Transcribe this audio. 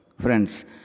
Friends